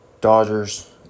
Dodgers